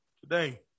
today